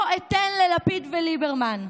לא אתן ללפיד וליברמן.